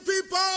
people